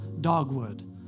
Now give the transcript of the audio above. dogwood